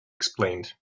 explained